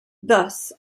thus